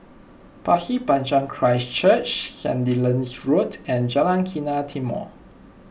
Pasir Panjang Christ Church Sandilands Road and Jalan Kilang Timor